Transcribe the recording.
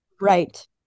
right